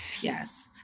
Yes